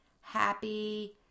happy